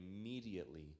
immediately